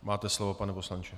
Máte slovo, pane poslanče.